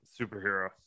Superhero